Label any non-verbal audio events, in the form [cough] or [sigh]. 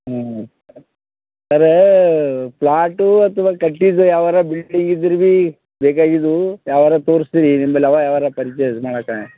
ಹ್ಞೂ [unintelligible] ಅರೇ ಪ್ಲಾಟು ಅಥವಾ ಕಟ್ಟಿದ್ದು ಯಾವರು ಬಿಲ್ಡಿಂಗ್ ಇದ್ರೆ ಬಿ ಬೇಕಾಗಿದ್ದವು ಯಾವಾರು ತೋರಿಸ್ತೀವಿ ನಿಮ್ಮದೆಲ್ಲ ಅವ ಯಾವಾರು ಪರ್ಚೆಸ್ ಮಾಡಕೆ